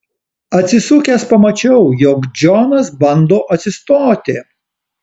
atsisukęs pamačiau jog džonas bando atsistoti